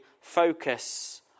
focus